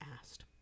asked